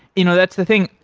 you know that's the thing,